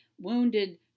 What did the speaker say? wounded